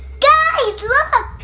guys look!